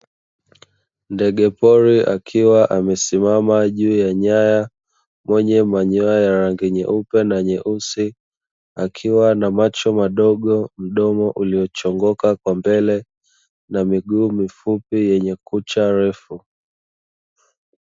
Ndege pori akiwa amesimama juu ya nyaya mwenye manyoya ya rangi nyeupe na nyeusi akiwa na macho madogo, mdomo uliyochongoka kwa mbele na miguu mifupi yenye kucha refu.